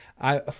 I-